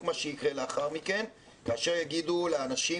מה שיקרה לאחר מכן כאשר יגידו לאנשים,